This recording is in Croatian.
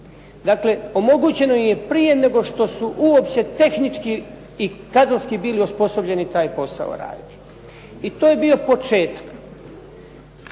Dakle, omogućeno im je prije nego što uopće tehnički i kadrovski bili osposobljeni taj posao raditi. I to je bio početak.